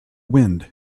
wind